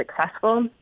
successful